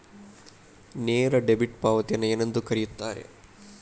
ನೇರ ಡೆಬಿಟ್ ಪಾವತಿಯನ್ನು ಏನೆಂದು ಕರೆಯುತ್ತಾರೆ?